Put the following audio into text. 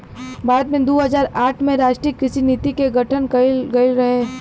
भारत में दू हज़ार आठ में राष्ट्रीय कृषि नीति के गठन कइल गइल रहे